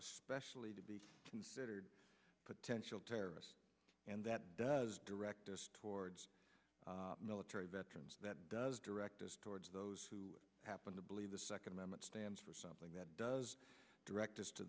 especially to be considered potential terrorists and that does direct towards military veterans does directed towards those who happen to believe the second amendment stands for something that does direct us to